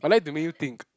I like to make you think